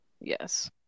Yes